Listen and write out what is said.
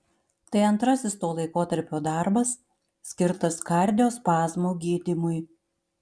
tai antrasis to laikotarpio darbas skirtas kardiospazmo gydymui